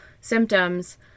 symptoms